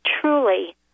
truly